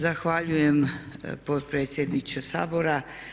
Zahvaljujem potpredsjedniče Sabora.